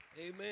Amen